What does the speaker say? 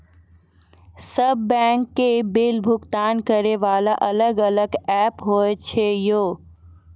सब बैंक के बिल भुगतान करे वाला अलग अलग ऐप्स होय छै यो?